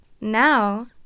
Now